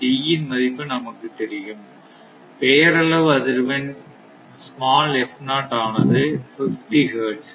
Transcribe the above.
D இன் மதிப்பு நமக்குத் தெரியும் பெயரளவு அதிர்வெண் ஆனது 50 ஹெர்ட்ஸ்